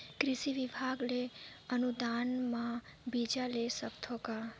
कृषि विभाग ले अनुदान म बीजा ले सकथव का?